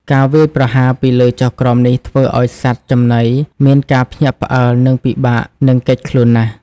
ការវាយប្រហារពីលើចុះក្រោមនេះធ្វើឲ្យសត្វចំណីមានការភ្ញាក់ផ្អើល និងពិបាកនឹងគេចខ្លួនណាស់។